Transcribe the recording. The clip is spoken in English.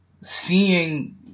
seeing